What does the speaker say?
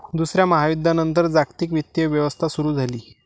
दुसऱ्या महायुद्धानंतर जागतिक वित्तीय व्यवस्था सुरू झाली